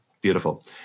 Beautiful